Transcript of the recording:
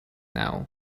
now